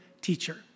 teacher